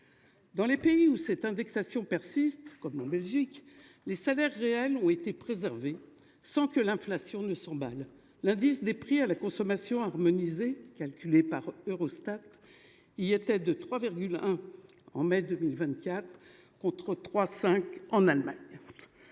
Dans les pays où cette indexation persiste, comme en Belgique, les salaires réels ont été préservés sans que l’inflation s’emballe. Au mois de mai 2024, l’indice des prix à la consommation harmonisé calculé par Eurostat y était de 3,1, contre 3,5 en Allemagne.